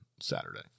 Saturday